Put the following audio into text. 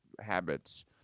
habits